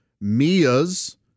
Mia's